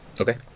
okay